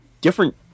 different